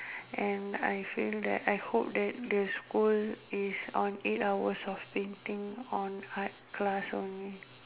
and I feel that I hope that the school is on eight hours of painting on art class only